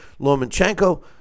Lomachenko